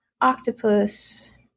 octopus